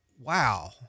wow